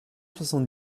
soixante